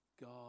God